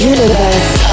Universe